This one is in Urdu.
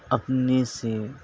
اپنے سے